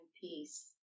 peace